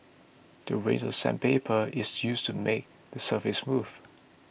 the range of sandpaper is used to make the surface smooth